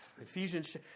Ephesians